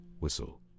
Whistle